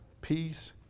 peace